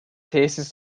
tesis